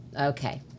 Okay